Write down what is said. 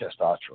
testosterone